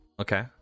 Okay